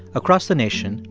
across the nation,